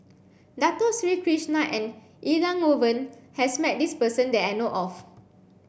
Dato Sri Krishna and Elangovan has met this person that I know of